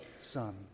son